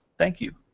thank you.